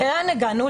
לאן הגענו?